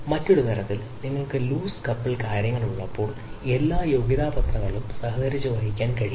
മറ്റൊരു തരത്തിൽ നിങ്ങൾക്ക് ലൂസ് കപ്പിൾ കാര്യങ്ങൾ ഉള്ളപ്പോൾ എല്ലാ യോഗ്യതാപത്രങ്ങളും സഹകരിച്ച് വഹിക്കാൻ കഴിയില്ല